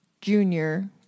Junior